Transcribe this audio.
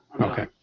Okay